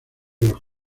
los